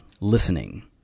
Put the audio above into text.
listening